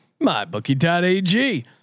MyBookie.ag